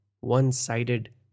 one-sided